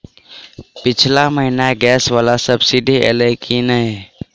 पिछला महीना गैस वला सब्सिडी ऐलई की नहि?